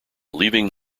leaving